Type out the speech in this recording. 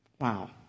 Wow